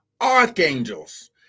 archangels